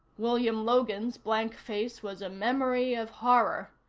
william logan's blank face was a memory of horror,